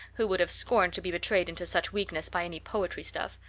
who would have scorned to be betrayed into such weakness by any poetry stuff.